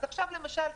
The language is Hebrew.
אז עכשיו למשל,